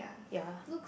ya